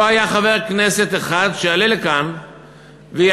לא היה חבר כנסת אחד שיעלה לכאן ויציע